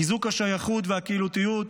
חיזוק השייכות והקהילתיות,